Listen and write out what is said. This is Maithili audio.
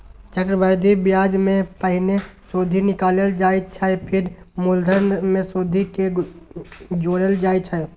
चक्रबृद्धि ब्याजमे पहिने सुदि निकालल जाइ छै फेर मुलधन मे सुदि केँ जोरल जाइ छै